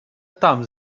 там